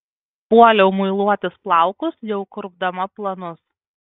puoliau muiluotis plaukus jau kurpdama planus